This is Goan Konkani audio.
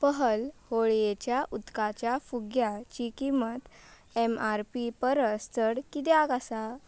पहल होळयेच्या उदकाच्या फुग्यांची किंमत एम आर पी परस चड कित्याक आसा